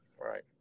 right